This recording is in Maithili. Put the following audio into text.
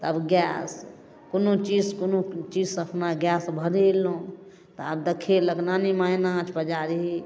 तऽ आब गैस कोनो चीज कोनो चीजसँ अपना गैस भरेलहुँ तऽ आब देखेलक नानीमाँ एना आँच पजारही